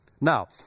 Now